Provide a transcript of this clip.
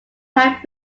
have